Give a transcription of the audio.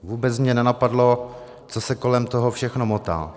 Vůbec mě nenapadlo, co se kolem toho všechno motá.